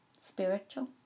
Spiritual